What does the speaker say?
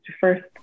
first